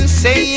say